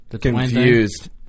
confused